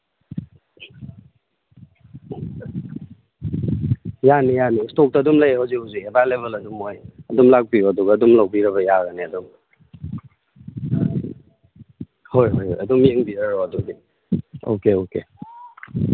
ꯌꯥꯅꯤ ꯌꯥꯅꯤ ꯏꯁꯇꯣꯛꯇ ꯑꯗꯨꯝ ꯂꯩ ꯍꯧꯖꯤꯛ ꯍꯧꯖꯤꯛ ꯑꯦꯕꯥꯏꯂꯦꯕꯜ ꯑꯗꯨꯝ ꯑꯣꯏ ꯑꯗꯨꯝ ꯂꯥꯛꯄꯤꯔꯣ ꯑꯗꯨꯒ ꯑꯗꯨꯝ ꯂꯧꯕꯤꯔꯕ ꯌꯥꯔꯅꯤ ꯑꯗꯨꯝ ꯍꯣꯏ ꯍꯣꯏ ꯑꯗꯨꯝ ꯌꯦꯡꯕꯤꯔꯔꯣ ꯑꯗꯨꯗꯤ ꯑꯣꯀꯦ ꯑꯣꯀꯦ